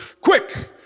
quick